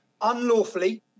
unlawfully